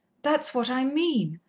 that's what i mean.